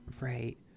Right